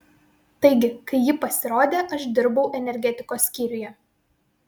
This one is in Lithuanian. taigi kai ji pasirodė aš dirbau energetikos skyriuje